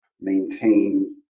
maintain